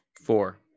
Four